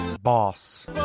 boss